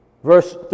Verse